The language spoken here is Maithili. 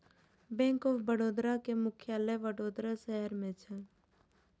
बैंक ऑफ बड़ोदा के मुख्यालय वडोदरा शहर मे छै